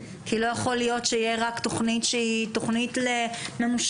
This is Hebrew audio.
כי לא יכול להיות שיהיה רק תוכנית שהיא תוכנית ממושכת.